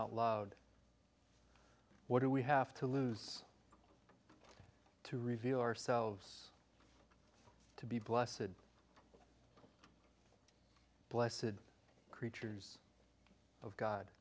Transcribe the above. out loud what do we have to lose to reveal ourselves to be placid placid creatures of god